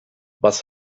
was